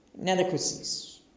Inadequacies